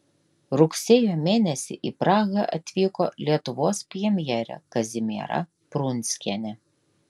rugsėjo mėnesį į prahą atvyko lietuvos premjerė kazimiera prunskienė